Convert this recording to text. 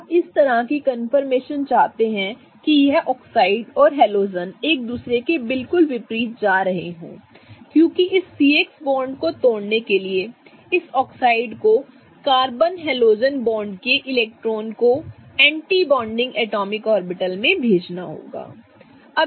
आप इस तरह की कन्फर्मेशन चाहते हैं कि यह ऑक्साइड और हैलोजन एक दूसरे के बिल्कुल विपरीत जा रहे हों क्योंकि इस C X बॉन्ड को तोड़ने के लिए इस ऑक्साइड को कार्बन हैलोजन बॉन्ड के इलेक्ट्रॉनों को एंटी बॉन्डिंग एटॉमिक ऑर्बिटल में भेजना होगा ठीक है